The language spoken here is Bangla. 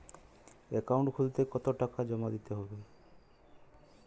অ্যাকাউন্ট খুলতে কতো টাকা জমা দিতে হবে?